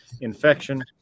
infection